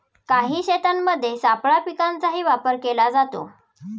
काही शेतांमध्ये सापळा पिकांचाही वापर केला जातो